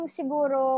siguro